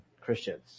Christians